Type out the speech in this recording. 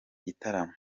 gitaramo